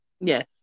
Yes